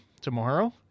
tomorrow